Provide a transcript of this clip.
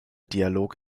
dialog